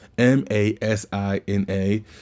M-A-S-I-N-A